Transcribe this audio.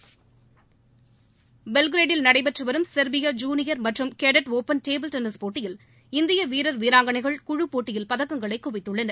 விளையாட்டுச் செய்திகள் பெல்கிரேடில் நடைபெற்று வரும் சென்பியா ஜூனியர் மற்றும் கேடட் ஒப்பன் டேபிள் டென்னிஸ் போட்டியில் இந்திய வீரர் வீராங்கனைகள் குழு போட்டியில் பதக்கங்களை குவித்துள்ளனர்